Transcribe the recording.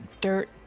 dirt